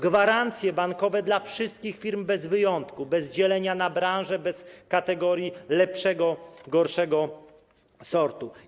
Gwarancje bankowe dla wszystkich firm bez wyjątku, bez dzielenia na branże, bez kategorii lepszego i gorszego sortu.